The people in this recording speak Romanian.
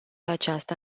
aceasta